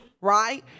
right